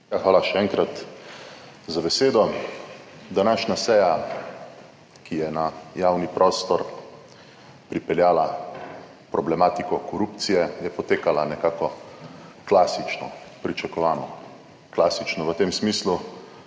hvala še enkrat za besedo. Današnja seja, ki je na javni prostor pripeljala problematiko korupcije je potekala nekako klasično, pričakovano. Klasično v tem smislu,